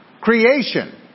Creation